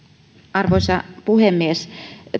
arvoisa puhemies